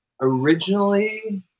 originally